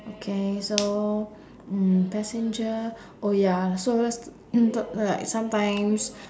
okay so mm passenger oh ya so st~ so like some times